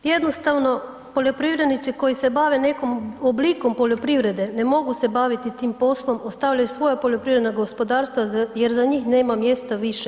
Jednostavno poljoprivrednici koji se bave nekim oblikom poljoprivrede ne mogu se baviti tim poslom, ostavljaju svoja poljoprivredna gospodarstva jer za njih nema mjesta više.